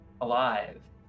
alive